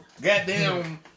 Goddamn